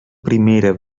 primera